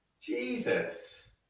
Jesus